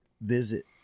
visit